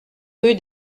rue